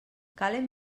calen